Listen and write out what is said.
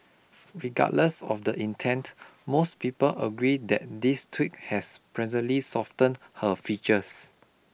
regardless of the intent most people agree that this tweak has pleasantly softened her features